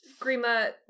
Grima